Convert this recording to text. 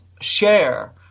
share